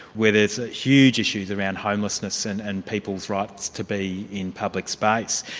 where there's huge issues around homelessness, and and people's rights to be in public space.